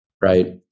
right